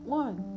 one